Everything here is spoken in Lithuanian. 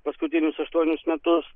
paskutinius aštuonis metus